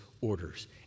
orders